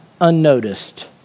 unnoticed